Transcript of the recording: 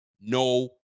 No